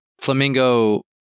Flamingo